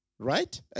right